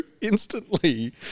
instantly